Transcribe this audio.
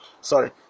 Sorry